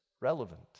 relevant